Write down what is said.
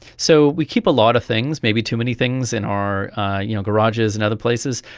so we keep a lot of things, maybe too many things in our you know garages and other places,